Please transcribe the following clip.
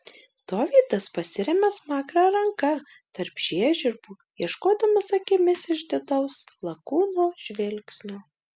dovydas pasiremia smakrą ranka tarp žiežirbų ieškodamas akimis išdidaus lakūno žvilgsnio